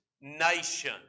nation